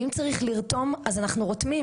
ואם צריך לרתום אז אנחנו רותמים,